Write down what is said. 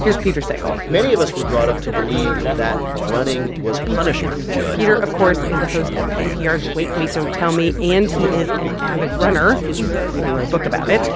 here's peter sagal many of us were brought up to believe that running was punishment peter, of course, is the host of npr's wait wait. don't tell me! and he is an avid runner. he even wrote a book about it.